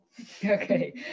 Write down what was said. Okay